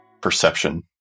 perception